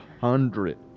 hundred